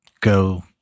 go